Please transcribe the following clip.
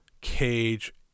Cage